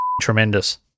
tremendous